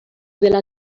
della